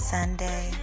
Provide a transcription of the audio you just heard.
Sunday